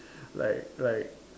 like like